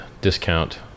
discount